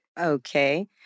Okay